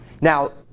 Now